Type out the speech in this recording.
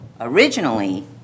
originally